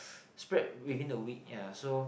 spread within a week ya so